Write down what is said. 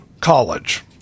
college